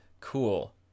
Cool